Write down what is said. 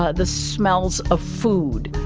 ah the smells of food.